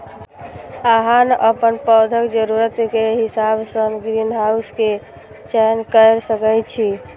अहां अपन पौधाक जरूरत के हिसाब सं ग्रीनहाउस के चयन कैर सकै छी